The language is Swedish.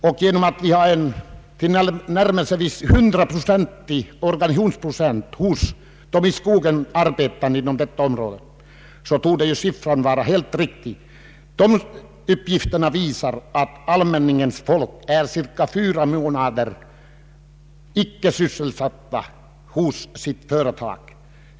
Då organisationstillhörigheten är i det närmaste 100-procentig hos de i skogen arbetande där, torde siffrorna vara helt riktiga. Uppgifterna visar att allmänningarnas folk under cirka fyra månader av året inte är sysselsatta hos sitt företag.